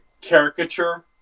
caricature